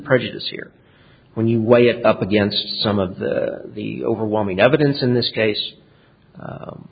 prejudice here when you weigh it up against some of the the overwhelming evidence in this case